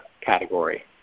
category